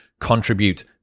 contribute